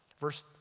Verse